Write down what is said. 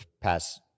past